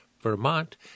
vermont